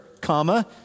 comma